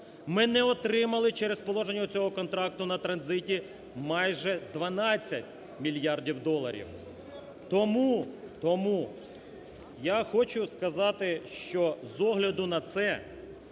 Ми не отримали через положення цього контракту на транзиті майже 12 мільярдів доларів. Тому, тому я хочу сказати, що з огляду на це